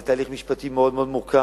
זה תהליך משפטי מאוד מורכב,